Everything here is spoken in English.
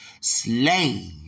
Slave